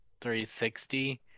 360